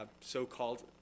so-called